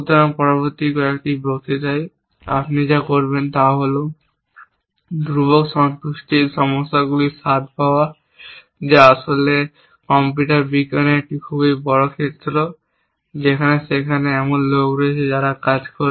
সুতরাং পরবর্তী কয়েকটা বক্তৃতায় আপনি যা করবেন তা হল ধ্রুবক সন্তুষ্টির সমস্যাগুলির স্বাদ পাওয়া যা আসলে কম্পিউটার বিজ্ঞানের একটি খুব বড় ক্ষেত্র যেখানে সেখানে এমন লোক রয়েছে যারা কাজ করে